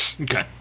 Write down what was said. Okay